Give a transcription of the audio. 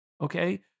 okay